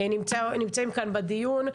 שנמצאים כאן בדיון,